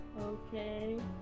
Okay